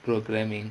programming